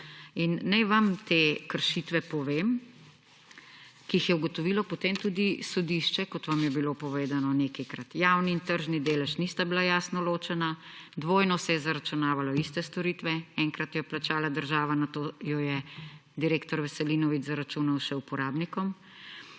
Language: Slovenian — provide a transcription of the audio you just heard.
In naj vam te kršitve povem, ki jih je ugotovilo potem tudi sodišče, kot vam je bilo povedano nekajkrat. Javni in tržni delež nista bila jasno ločena, dvojno se je zaračunavalo iste storitve, enkrat je plačala država, nato jo je direktor Veselinovič zaračunal še uporabnikom,